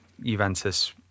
Juventus